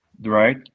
Right